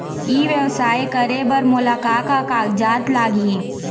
ई व्यवसाय करे बर मोला का का कागजात लागही?